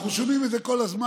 אנחנו שומעים את זה כל הזמן,